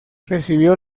recibió